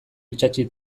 itsatsi